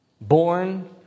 born